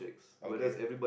okay